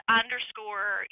underscore